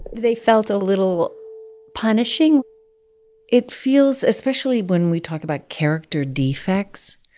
they felt a little punishing it feels especially when we talk about character defects